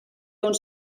uns